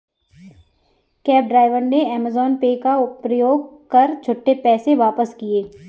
cab driver ने Amazon Pay का प्रयोग कर छुट्टे पैसे वापस किए